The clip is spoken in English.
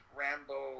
rambo